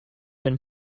been